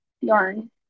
yarn